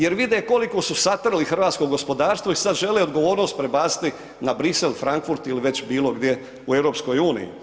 Jer vide koliko su satrli hrvatsko gospodarstvo i sad žele odgovornost prebaciti na Bruxelles, Frankfurt ili već bilo gdje u EU.